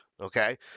Okay